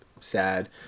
Sad